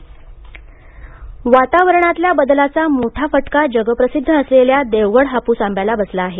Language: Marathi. आंबा वातारणातील बदलाचा मोठा फटका जगप्रसिद्ध असलेल्या देवगड हापूस आंब्याला बसला आहे